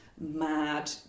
mad